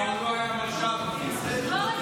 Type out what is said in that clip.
גלעד קריב (העבודה): לפחות תקשיב למישהו שמבין בביטחון.